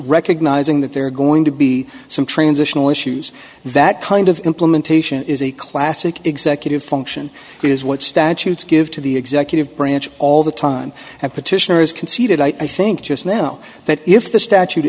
recognizing that there are going to be some transitional issues that kind of implementation is a classic executive function which is what statutes give to the executive branch all the time and petitioners conceded i think just now that if the statute